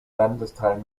landesteil